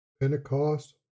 Pentecost